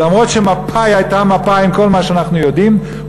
למרות שמפא"י הייתה מפא"י עם כל מה שאנחנו יודעים,